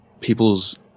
people's